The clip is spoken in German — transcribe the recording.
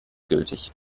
gültig